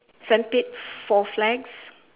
sandpit four flags